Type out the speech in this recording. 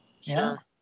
Sure